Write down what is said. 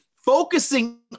Focusing